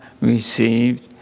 received